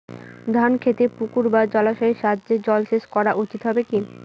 ধান খেতে পুকুর বা জলাশয়ের সাহায্যে জলসেচ করা উচিৎ হবে কি?